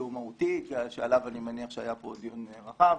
או מהותי שעליו אני מניח שהיה פה דיון רחב,